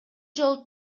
жолу